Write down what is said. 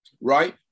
right